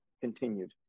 continued